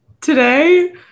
Today